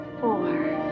four